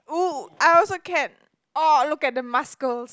!oo! I also can oh look at the muscles